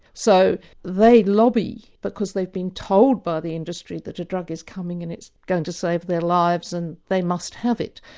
so they lobby because they've been told by the industry that a drug is coming and it's going to save their lives and they must have it.